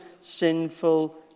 sinful